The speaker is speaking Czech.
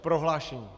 Prohlášení.